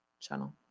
channel